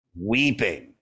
weeping